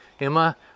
Emma